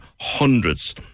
hundreds